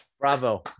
Bravo